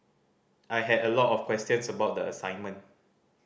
I had a lot of questions about the assignment